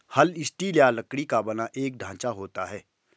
हल स्टील या लकड़ी का बना एक ढांचा होता है